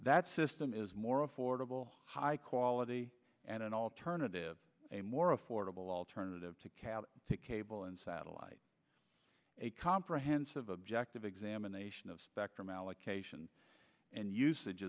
that system is more affordable high quality and an alternative a more affordable alternative to cable and satellite a comprehensive objective examination of spectrum allocation and usage